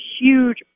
huge